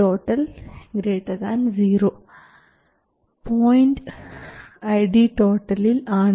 point ID ൽ ആണ്